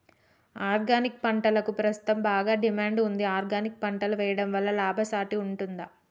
Organic పంటలకు ప్రస్తుతం బాగా డిమాండ్ ఉంది ఆర్గానిక్ పంటలు వేయడం వల్ల లాభసాటి ఉంటుందా?